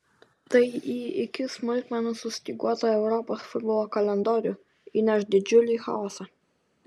tai į iki smulkmenų sustyguotą europos futbolo kalendorių įneš didžiulį chaosą